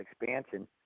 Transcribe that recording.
expansion